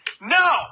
no